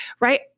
right